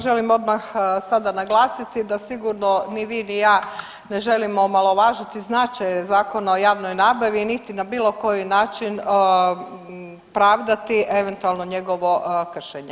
Želim odmah sada naglasiti da sigurno ni vi ni ja ne želimo omalovažiti značaj Zakona o javnoj nabavi, niti na bilo koji način pravdati eventualno njegovo kršenje.